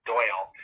Doyle